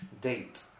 date